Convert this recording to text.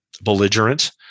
belligerent